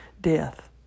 death